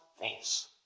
face